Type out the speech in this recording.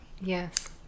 Yes